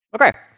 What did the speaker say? Okay